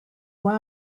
why